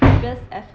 fierce efforts